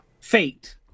Fate